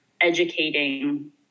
educating